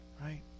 right